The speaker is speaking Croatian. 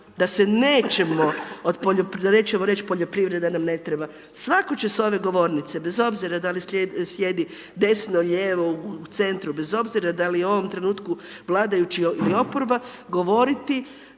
da se nećemo, nećemo reći poljoprivreda nam ne treba, svako će s ove govornice bez obzira da li sjedi desno, lijevo, u centru, bez obzira da li je u ovom trenutku vladajući ili oporba, govoriti